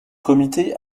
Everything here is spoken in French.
comité